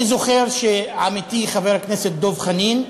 אני זוכר שעמיתי חבר הכנסת דב חנין,